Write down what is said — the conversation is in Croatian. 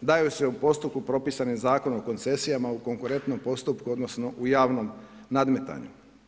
daju se u postupku propisanim Zakonom o koncesijama u konkurentnom postupku odnosno u javnom nadmetanju.